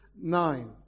nine